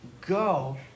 Go